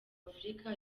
afurika